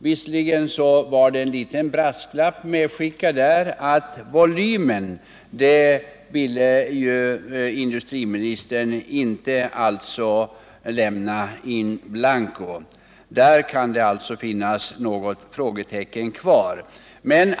Visserligen skickade han med en liten brasklapp när han sade att han inte ville lämna några garantier för volymen. På den punkten kan det alltså kvarstå något frågetecken.